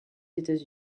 états